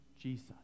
Jesus